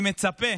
אני מצפה